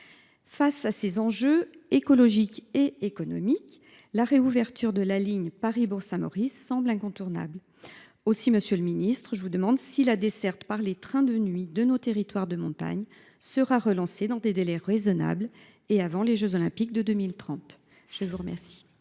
Face à ces enjeux écologiques et économiques, la réouverture de la ligne Paris Bourg Saint Maurice semble incontournable. Aussi, monsieur le ministre, pouvez vous nous indiquer si la desserte par les trains de nuit de nos territoires de montagne sera relancée dans des délais raisonnables, et avant les jeux Olympiques de 2030 ? La parole